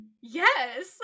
Yes